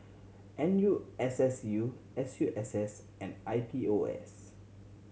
N U S S U S U S S and I P O S